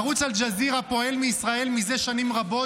ערוץ אל-ג'זירה פועל מישראל זה שנים רבות